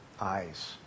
eyes